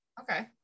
Okay